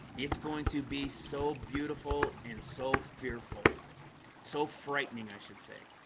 it's going to be so beautiful and so fearful so frightening, i should say